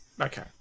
Okay